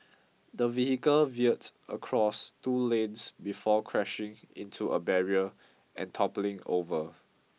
the vehicle veered across two lanes before crashing into a barrier and toppling over